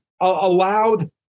allowed